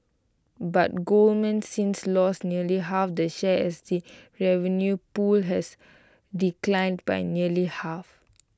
but Goldman since lost nearly half that share as the revenue pool has declined by nearly half